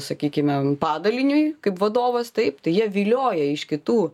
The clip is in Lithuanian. sakykime padaliniui kaip vadovas taip tai jie vilioja iš kitų